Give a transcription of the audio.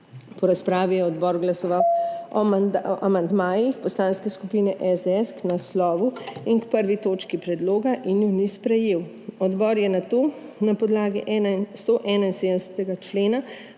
Po razpravi je odbor glasoval o amandmajih Poslanske skupine SDS k naslovu in k 1. točki predloga in ju ni sprejel. Odbor je nato na podlagi 171. člena